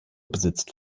besitzt